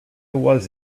was